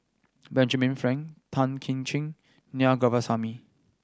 Benjamin Frank Tan Kim Ching Na Govindasamy